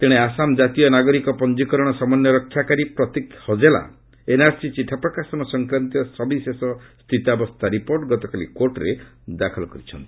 ତେଣେ ଆସାମ୍ ଜାତୀୟ ନାଗରିକ ପଞ୍ଜିକରଣ ସମନ୍ୱୟ ରକ୍ଷାକାରୀ ପ୍ରତୀକ ହଜେଲା ଏନ୍ଆର୍ସି ଚିଠା ପ୍ରକାଶନ ସଂକ୍ରାନ୍ତୀୟ ସବିଶେଷ ସ୍ଥିତାବସ୍ଥା ରିପୋର୍ଟ ଗତକାଲି କୋର୍ଟରେ ଦାଖଲ କରିଛନ୍ତି